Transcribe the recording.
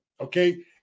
okay